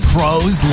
Pros